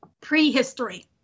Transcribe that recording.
prehistory